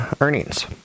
earnings